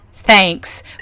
Thanks